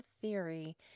theory